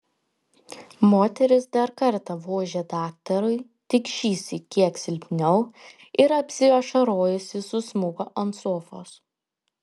moteris dar kartą vožė daktarui tik šįsyk kiek silpniau ir apsiašarojusi susmuko ant sofos